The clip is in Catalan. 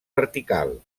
vertical